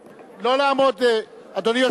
אדוני,